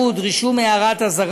נא לשמור על השקט.